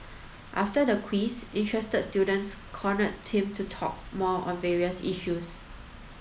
after the quiz interested students cornered him to talk more on various issues